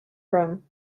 from